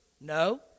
No